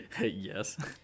Yes